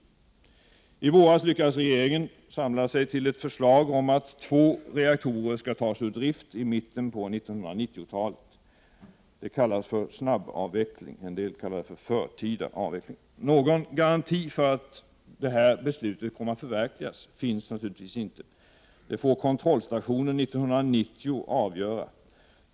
I våras lyckades regeringen samla sig till ett förslag om att två reaktorer skall tas ur drift i mitten av 1990-talet. Det kallas för snabbavveckling. En del kallar det för förtida avveckling. Någon garanti för att beslutet kommer att förverkligas finns naturligtvis inte. Det får kontrollstationen 1990 avgöra.